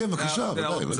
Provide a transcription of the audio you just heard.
כן, בוודאי.